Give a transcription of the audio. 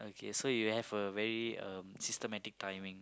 okay so you have a very um systematic timing